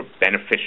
beneficial